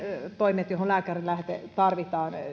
toimet joihin lääkärin lähete tarvitaan